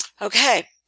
Okay